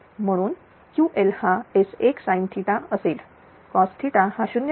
म्हणून Ql हा S1 sin असेल तर cos हा 0